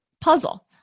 puzzle